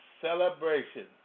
celebration